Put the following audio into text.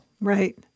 Right